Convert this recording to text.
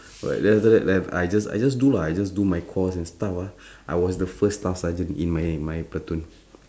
but then after that then I just I just do lah I just do my course and stuff ah I was the first staff sergeant in my my platoon